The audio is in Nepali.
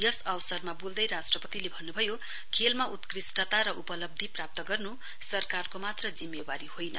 यस अवसरमा बोल्दै राष्ट्रपतिले भन्नुभयो खेलमा उत्कृष्टता र उपलब्धी प्राप्त गर्नु सरकारको मात्र जिम्मावारी होइन